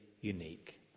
unique